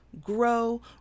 grow